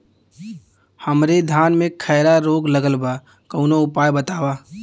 हमरे धान में खैरा रोग लगल बा कवनो उपाय बतावा?